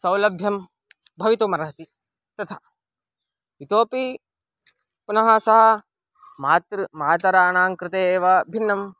सौलभ्यं भवितुमर्हति तथा इतोपि पुनः सः मातृ मातॄणां कृते एव भिन्नं